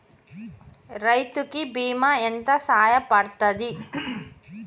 రైతు కి బీమా ఎంత సాయపడ్తది?